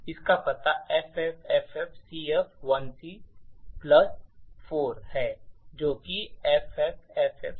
इसका पता FFFFCF1C plus 4 है जो कि FFFFCF20 है